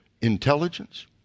intelligence